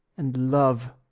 and love,